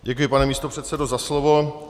Děkuji, pane místopředsedo, za slovo.